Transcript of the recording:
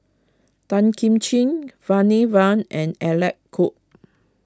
Tan Kim Ching Bani Buang and Alec Kuok